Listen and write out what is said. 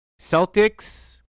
Celtics